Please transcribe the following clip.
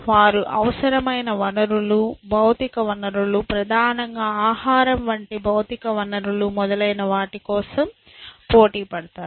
వారు అవసరమైన వనరులు భౌతిక వనరులు ప్రధానంగా ఆహారం వంటి భౌతిక వనరులు మొదలైన వాటి కోసం పోటీపడతారు